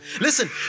listen